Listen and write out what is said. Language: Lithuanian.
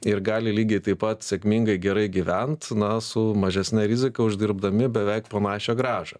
ir gali lygiai taip pat sėkmingai gerai gyvent na su mažesne rizika uždirbdami beveik panašią grąžą